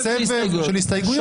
סבב של הסתייגויות.